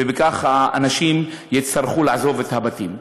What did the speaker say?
וכך האנשים יצטרכו לעזוב את הבתים.